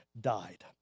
died